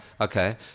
Okay